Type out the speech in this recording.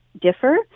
differ